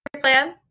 plan